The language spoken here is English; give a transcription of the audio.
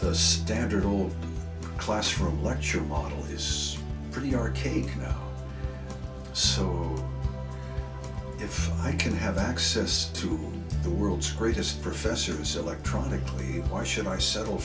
the standard old classroom lecture model is pretty arcane so if i can have access to the world's greatest professors electronically why should i settle